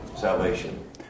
salvation